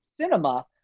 cinema